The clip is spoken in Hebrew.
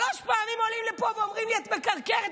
שלוש פעמים עולים לפה ואומרים לי: את מקרקרת,